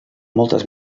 moltes